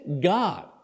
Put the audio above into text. God